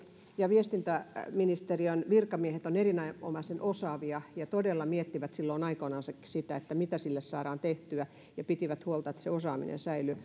ja viestintäministeriön virkamiehet ovat erinomaisen osaavia ja todella miettivät silloin aikoinansakin mitä sille saadaan tehtyä ja pitivät huolta että se osaaminen säilyy